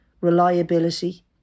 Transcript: reliability